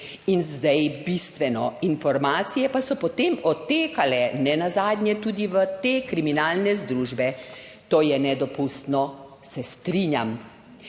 In zdaj bistveno: » Informacije pa so potem odtekale nenazadnje tudi v te kriminalne združbe. To je nedopustno. Se strinjam.